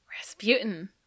Rasputin